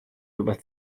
rywbeth